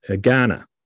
Ghana